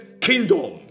kingdom